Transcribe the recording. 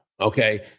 okay